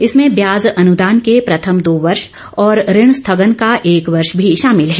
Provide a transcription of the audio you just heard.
इसमें ब्याज अन्दान के प्रथम दो वर्ष और ऋण स्थगन का एक वर्ष भी शामिल है